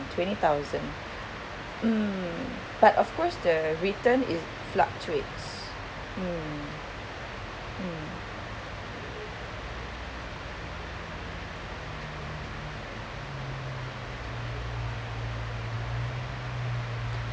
twenty thousand mm but of course the return it fluctuates mm mm